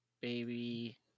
baby